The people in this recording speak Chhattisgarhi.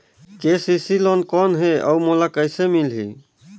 के.सी.सी लोन कौन हे अउ मोला कइसे मिलही?